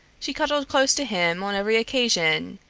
she huddled close to him on every occasion,